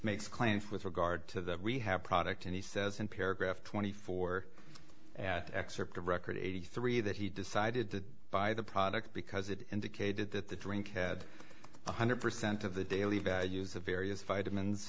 makes claims with regard to the rehab product and he says in paragraph twenty four at excerpt of record eighty three that he decided to buy the product because it indicated that the drink had one hundred percent of the daily values of various vitamins